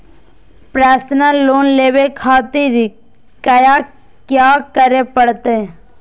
Personal loan लेवे खातिर कया क्या करे पड़तइ?